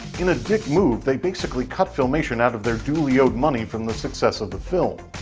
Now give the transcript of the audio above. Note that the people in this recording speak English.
in a dick move, they basically cut filmation out of their duly owed money from the success of the film.